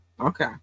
Okay